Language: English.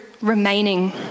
remaining